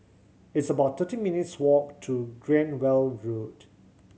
it's about thirteen minutes' walk to Cranwell Road